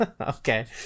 Okay